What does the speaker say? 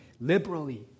liberally